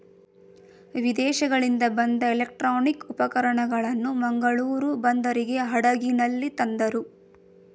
ವಿದೇಶಗಳಿಂದ ಬಂದ ಎಲೆಕ್ಟ್ರಾನಿಕ್ ಉಪಕರಣಗಳನ್ನು ಮಂಗಳೂರು ಬಂದರಿಗೆ ಹಡಗಿನಲ್ಲಿ ತಂದರು